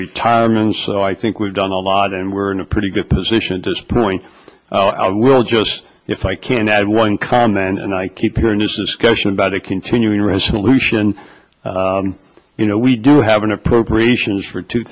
retirement so i think we've done a lot and we're in a pretty good position to this point i will just if i can add one comment and i keep hearing this is question about a continuing resolution you know we do have an appropriations for two